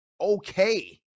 okay